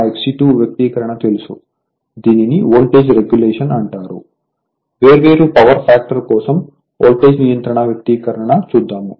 Re2 XE2 వ్యక్తీకరణ తెలుసు దీనిని వోల్టేజ్ రెగ్యులేషన్ అంటారు వేర్వేరు పవర్ ఫ్యాక్టర్ కోసం వోల్టేజ్ నియంత్రణ వ్యక్తీకరణ చూద్దాము